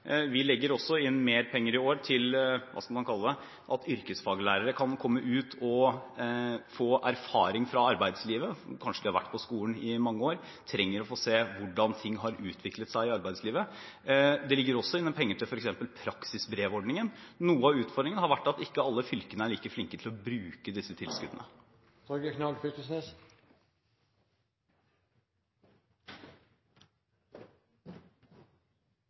Vi legger også inn mer penger i år til – hva skal man kalle det – at yrkesfaglærere kan komme ut og få erfaring fra arbeidslivet. Kanskje de har vært på skolen i mange år og trenger å få se hvordan ting har utviklet seg i arbeidslivet. Det ligger også inne penger til f.eks. praksisbrevordningen. Noe av utfordringen har vært at ikke alle fylkene er like flinke til å bruke disse